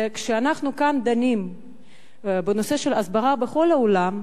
כשאנחנו כאן דנים בנושא של ההסברה בכל העולם,